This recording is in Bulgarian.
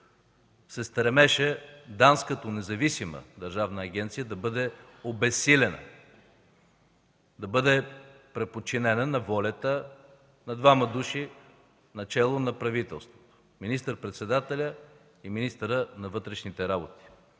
се стремеше ДАНС като независима държавна агенция да бъде обезсилена, да бъде преподчинена на волята на двама души начело на правителството – министър-председателят и министърът на вътрешните работи,